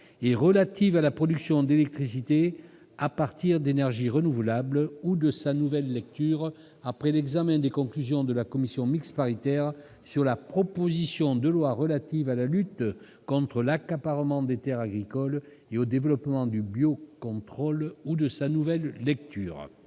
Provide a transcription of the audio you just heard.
et relative à la production d'électricité à partir d'énergies renouvelables, ou de sa nouvelle lecture, après l'examen des conclusions de la commission mixte paritaire sur la proposition de loi relative à la lutte contre l'accaparement des terres agricoles et au développement du biocontrôle, ou de sa nouvelle lecture.